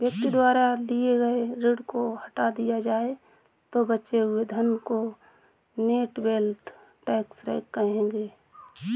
व्यक्ति द्वारा लिए गए ऋण को हटा दिया जाए तो बचे हुए धन को नेट वेल्थ टैक्स कहेंगे